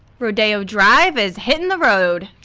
rodeo drive is hitting the road!